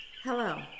Hello